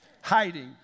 Hiding